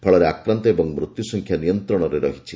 ଫଳରେ ଆକ୍ରାନ୍ତ ଏବଂ ମୃତ୍ୟୁ ସଂଖ୍ୟା ନିୟନ୍ତ୍ରଣରେ ରହିଛି